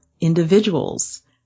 individuals